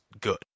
good